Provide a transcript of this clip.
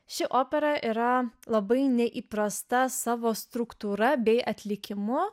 ši opera yra labai neįprasta savo struktūra bei atlikimu